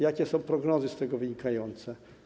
Jakie są prognozy z tego wynikające?